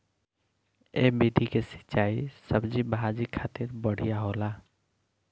ए विधि के सिंचाई सब्जी भाजी खातिर बढ़िया होला